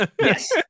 yes